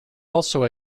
also